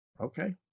Okay